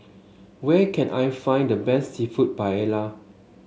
where can I find the best seafood Paella